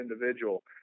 individual